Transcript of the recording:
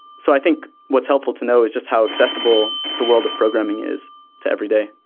so i think what's helpful to know is just how accessible the world of programming is to everyday.